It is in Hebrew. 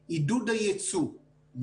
ומאות עסקים קטנים אחרים ועל שולחנם סמוכים